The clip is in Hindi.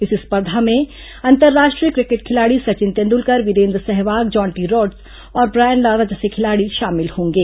इस स्पर्धा में अंतर्राष्ट्रीय क्रिकेट खिलाड़ी सचिन तेंदुलकर वीरेन्द्र सहवाग जॉन्टी रोड्स और ब्रायन लारा जैसे खिलाड़ी शामिल होंगे